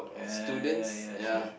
ya ya ya true true